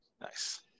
nice